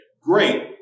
great